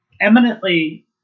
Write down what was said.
eminently